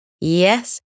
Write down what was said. Yes